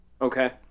Okay